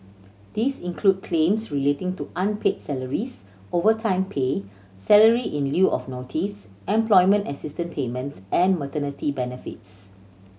this include claims relating to unpaid salaries overtime pay salary in lieu of notice employment assistance payments and maternity benefits